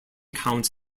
counts